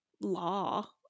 law